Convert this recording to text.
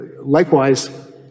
likewise